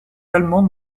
allemandes